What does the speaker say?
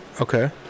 Okay